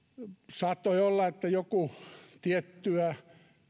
saattoi olla että joku tiettyä